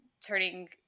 turning